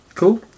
cool